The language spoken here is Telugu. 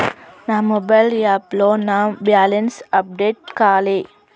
నా మొబైల్ యాప్లో నా బ్యాలెన్స్ అప్డేట్ కాలే